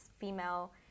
female